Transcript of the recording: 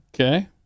Okay